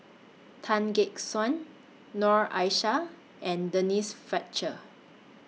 Tan Gek Suan Noor Aishah and Denise Fletcher